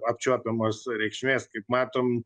apčiuopiamos reikšmės kaip matom